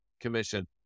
Commission